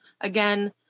again